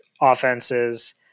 offenses